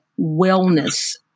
wellness